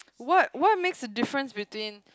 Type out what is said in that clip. what what makes a difference between